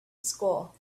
school